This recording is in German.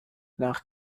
nach